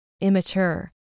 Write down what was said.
immature